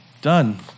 Done